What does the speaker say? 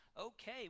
okay